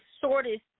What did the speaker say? shortest